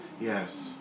Yes